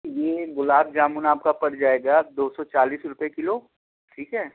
یہ گلاب جامن آپ کا پڑ جائے گا دو سو چالیس روپئے کلو ٹھیک ہے